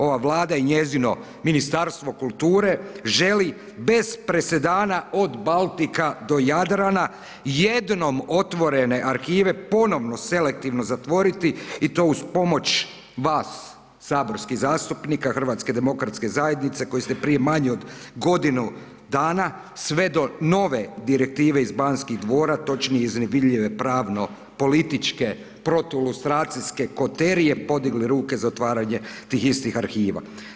Ova Vlada i njezino Ministarstvo kulture želi bez presedana od Baltika do Jadrana jednom otvorene arhive ponovno selektivno zatvoriti i to uz pomoć vas saborskih zastupnika Hrvatske demokratske zajednice koji su prije manje od godinu dana sve do nove direktive iz Banskih dvora, točnije iz nevidljive pravno-političke protu lustracijske koterije podigli ruke za otvaranje tih istih arhiva.